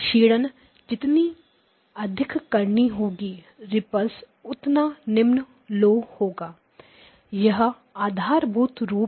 क्षीणन जितनी अधिक करनी होगी रिपल उतना निम्न लो होगा यह आधारभूत रूप है